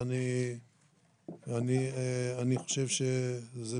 ואני חושב שאלה